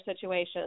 situations